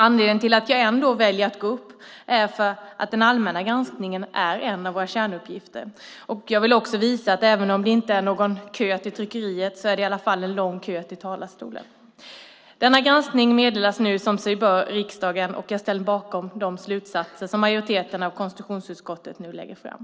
Anledningen till att jag ändå väljer att gå upp är att den allmänna granskningen är en av våra kärnuppgifter, och jag vill också visa att även om det inte är någon kö till tryckeriet är det i alla fall en lång kö till talarstolen. Denna granskning meddelas nu, som sig bör, riksdagen, och jag ställer mig bakom de slutsatser som majoriteten i konstitutionsutskottet nu lägger fram.